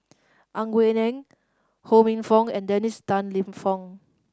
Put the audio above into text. Ang Wei Neng Ho Minfong and Dennis Tan Lip Fong